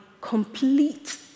complete